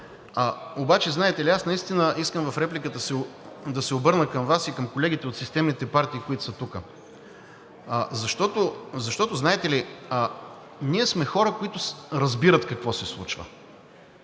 Обаче знаете ли, аз искам в репликата си да се обърна към Вас и колегите от системните партии, които са тук, защото ние сме хора, които разбират какво се случва.